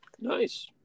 Nice